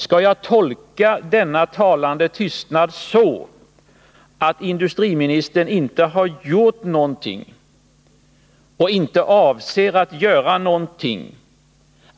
Skall jag tolka denna talande tystnad så att industriministern inte har gjort någonting och inte avser att göra någonting